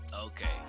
okay